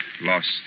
Lost